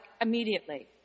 immediately